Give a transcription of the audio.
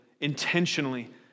intentionally